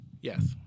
Yes